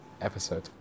episode